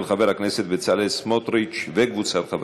עברה בקריאה שנייה ובקריאה שלישית.